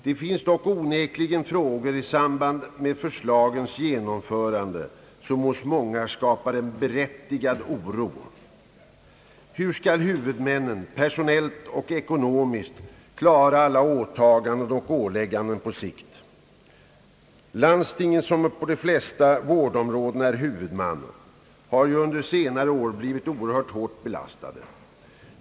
Det finns dock onekligen frågor i samband med förslagens genomförande som hos många skapar en berättigad oro. Hur skall huvudmännen, personellt och ekonomiskt, klara alla åtaganden och ålägganden på sikt? Landstingen, som på de allra flesta vårdområden är huvudmän, har ju under senare år blivit oerhört hårt belastade.